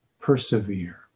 persevere